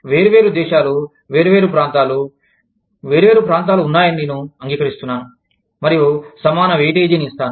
వేర్వేరు దేశాలు వేర్వేరు ప్రాంతాలు వేర్వేరు ప్రాంతాలు ఉన్నాయని నేను అంగీకరిస్తున్నాను మరియు సమాన వెయిటేజీ ని ఇస్తాను